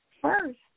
first